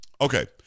Okay